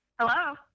Hello